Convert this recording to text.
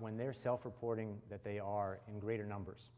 when they're self reporting that they are in greater numbers